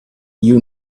you